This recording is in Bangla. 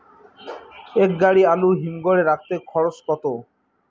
এক গাড়ি আলু হিমঘরে রাখতে খরচ কত?